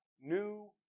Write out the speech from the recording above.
new